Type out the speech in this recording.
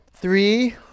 three